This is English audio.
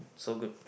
so good